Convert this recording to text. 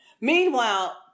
Meanwhile